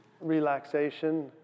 Relaxation